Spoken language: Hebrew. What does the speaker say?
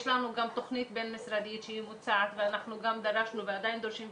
יש לנו גם תוכנית בין משרדית שהיא מוצעת ואנחנו גם דרשנו ועדיין דורשים,